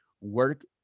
work